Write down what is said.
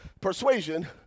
persuasion